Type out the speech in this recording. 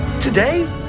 Today